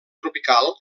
tropical